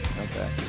okay